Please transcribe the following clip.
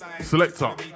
Selector